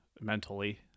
mentally